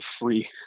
free